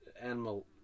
animal